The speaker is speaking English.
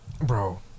Bro